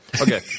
Okay